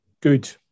good